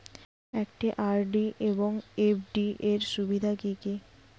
একটি আর.ডি এবং এফ.ডি এর সুবিধা কি কি?